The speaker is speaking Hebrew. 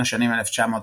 בין השנים 1940–1945,